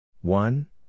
One